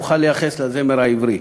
נוכל לייחס לזמר העברי.